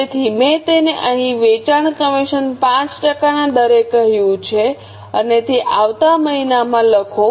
તેથી મેં તેને અહીં વેચાણ કમિશન 5 ટકાના દરે કહ્યું છે અને તે આવતા મહિનામાં લખો